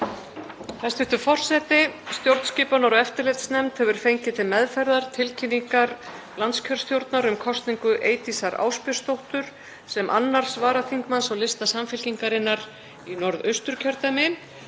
Hæstv. forseti. Stjórnskipunar- og eftirlitsnefnd hefur fengið til meðferðar tilkynningar landskjörstjórnar um kosningu Eydísar Ásbjörnsdóttur sem 2. varaþingmanns á lista Samfylkingarinnar í Norðausturkjördæmi